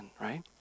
right